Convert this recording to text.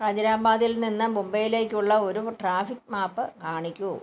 ഹൈദരാബാദിൽ നിന്ന് മുംബൈയിലേക്കുള്ള ഒരു ട്രാഫിക്ക് മാപ്പ് കാണിക്കൂ